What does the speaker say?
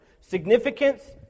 Significance